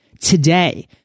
today